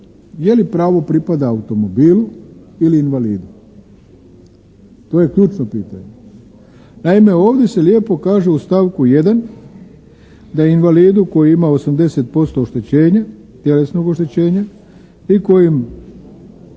Je li pravo pripada automobilu ili invalidu. To je ključno pitanje. Naime ovdje se lijepo kaže u stavku 1. da invalidu koji ima 80% oštećenja, tjelesnog oštećenja i kojem